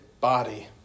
body